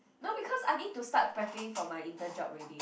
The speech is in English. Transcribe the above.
no because I need to start preparing for my intern job already